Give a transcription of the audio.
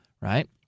Right